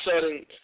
sudden